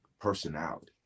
personality